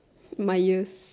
my ears